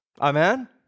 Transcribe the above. Amen